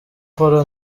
paul